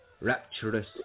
Rapturous